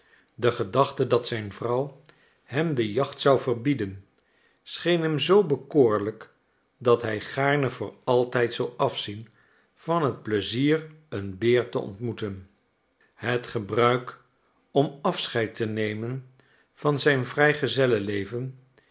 de gedachte dat zijn vrouw hem de jacht zou verbieden scheen hem zoo bekoorlijk dat hij gaarne voor altijd zou afzien van het pleizier een beer te ontmoeten het gebruik om afscheid te nemen van zijn vrijgezelsleven